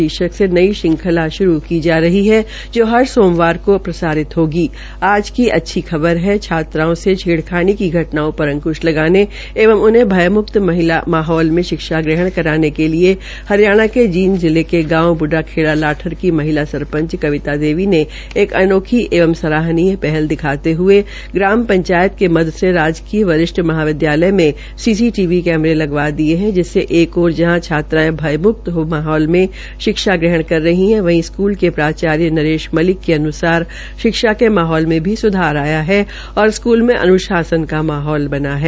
शीर्षक में नई श्रंखला शुरू की जा रही है जो हर सोमवार को प्रसारित होगी आज की अच्छी खबर है छात्राओं के छेड़खानी की घटनाओं पर अंकृश लगाने एव उन्हे भय मुक्त माहौल में शिक्षा ग्रहण करवाने के लिए हरियाणा के जींद जिले के गांव बुढ़ाखेड़ा लाठर की महिला संरपच कवीता देवी ने एक अनोखी एंव सरानीय पहल दिखाते हये ग्राम पंचायत के मद से राजकीय वरिष्ठ महाविद्यालय में सीसीटीवी कैमरे लगवा दिए है जिससे एक ओर जहां छात्राएं भय मुक्त माहौल में शिक्षा ग्रहण कर रही है वहीं स्कूल के प्राचार्य नरेस मलिक के अन्सार शिक्षा के माहौल में भी सुधार आया है और स्कूल में अन्शासन का माहौल बना है